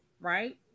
right